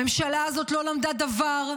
הממשלה הזאת לא למדה דבר,